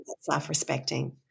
self-respecting